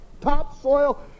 topsoil